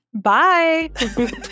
bye